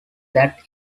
that